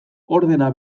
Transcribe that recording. ordena